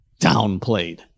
downplayed